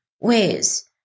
ways